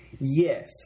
Yes